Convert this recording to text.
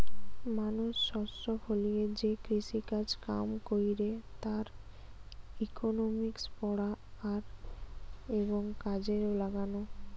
মানুষ শস্য ফলিয়ে যে কৃষিকাজ কাম কইরে তার ইকোনমিক্স পড়া আর এবং কাজে লাগালো